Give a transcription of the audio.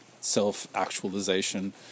self-actualization